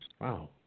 Wow